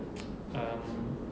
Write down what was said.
um